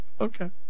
okay